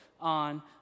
on